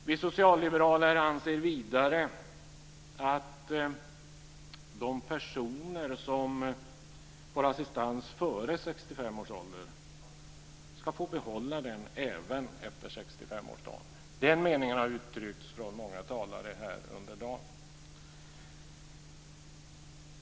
Vi socialliberaler anser vidare att de personer som får assistans före 65 års ålder ska få behålla den även efter 65-årsdagen. Den meningen har uttryckts från många talare här under dagen.